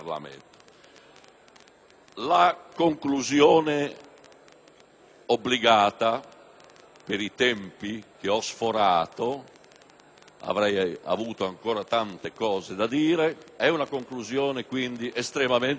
La conclusione obbligata, per i tempi che ho sforato anche se avrei avuto ancora tante cose da dire, è quindi estremamente positiva